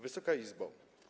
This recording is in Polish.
Wysoka Izbo!